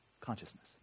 consciousness